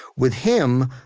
with him,